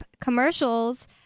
commercials